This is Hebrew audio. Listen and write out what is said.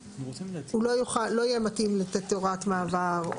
הוא לא יוכל, לא יהיה מתאים לתת הוראת מעבר.